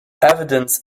evidence